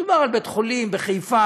מדובר בבית-חולים בחיפה,